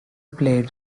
played